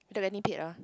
without getting paid ah